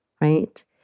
right